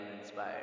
inspired